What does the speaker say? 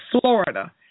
Florida